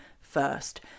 first